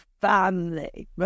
family